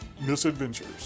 misadventures